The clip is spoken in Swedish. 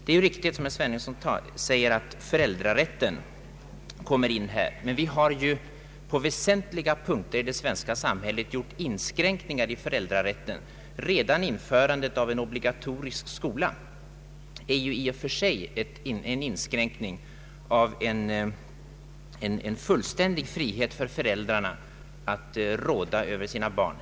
Det är riktigt som herr Svenungsson säger, att föräldrarätten kommer in i sammanhanget. Men vi har i det svenska samhället på väsentliga punkter gjort inskränkningar i föräldrarätten, Redan införandet av en obligatorisk skola är i och för sig en inskränkning av den fullständiga friheten för föräldrarna att råda över sina barn.